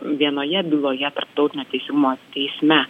vienoje byloje tarptautinio teisingumo teisme